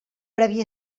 previ